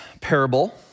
parable